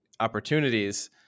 opportunities